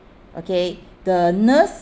okay the nurse